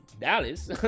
Dallas